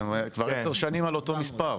אתם כבר עשר שנים על אותו מספר.